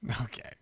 Okay